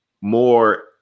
more